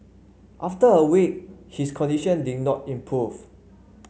after a week his condition did not improve